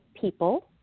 people